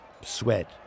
sweat